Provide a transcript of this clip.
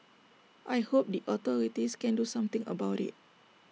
I hope the authorities can do something about IT